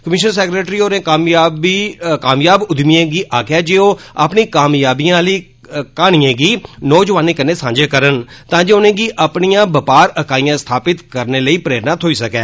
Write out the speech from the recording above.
commissioner secretary होरें कामयाब उद्यमिएं गी आक्खेआ जे ओह् अपनी कामयाबिएं आली क्हानिएं गी नौजोआनें कन्नै सांझा करन तां जे उनेंगी अपनियां बपार इकाईयां स्थापित करने लेई प्रेरणा थ्होई सकै